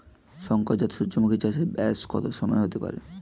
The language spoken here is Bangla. শংকর জাত সূর্যমুখী চাসে ব্যাস কত সময় হতে পারে?